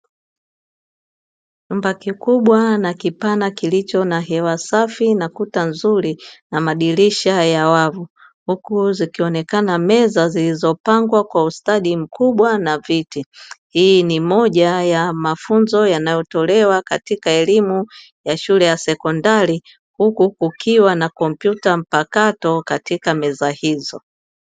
Chumba kikubwa na kipana kilicho na hewa safi, na kuta nzuri na madirisha ya wavu, huku zikionekana meza zilizopangwa kwa ustadi mkubwa na viti. Hii ni moja ya mafunzo yanayotolewa katika elimu ya shule ya sekondari, huku kukiwa na kompyuta mpakato katika meza hizo.